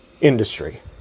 industry